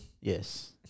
Yes